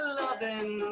loving